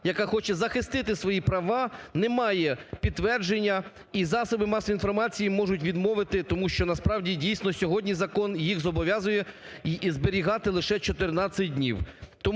яка хоче захистити свої права, не має підтвердження, і засоби масової інформації можуть відмовити, тому що, насправді, дійсно, сьогодні закон їх зобов'язує зберігати лише 14 днів.